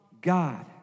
God